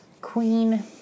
Queen